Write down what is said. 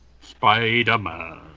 Spider-Man